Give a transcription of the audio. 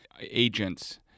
agents